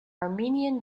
armenian